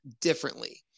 differently